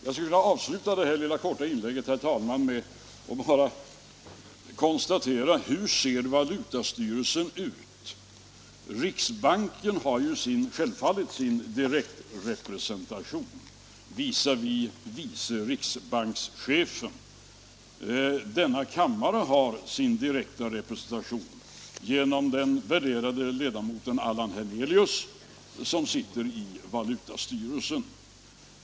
Jag skulle, herr talman, vilja avsluta det här korta inlägget med att konstatera hur valutastyrelsen ser ut. Riksbanken har självfallet sin direktrepresentation genom vice riksbankschefen. Denna kammare har sin direktrepresentation genom den värderade ledamoten Allan Hernelius, som sitter i valutastyrelsen.